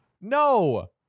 No